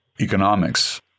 economics